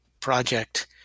project